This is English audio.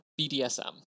bdsm